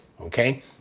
okay